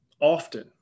often